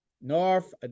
North